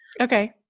Okay